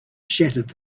shattered